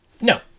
No